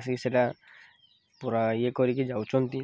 ଆସିକି ସେଇଟା ପୁରା ଇଏ କରିକି ଯାଉଛନ୍ତି